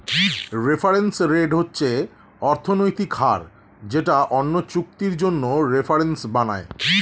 reference rate হচ্ছে অর্থনৈতিক হার যেটা অন্য চুক্তির জন্য রেফারেন্স বানায়